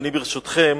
ברשותכם,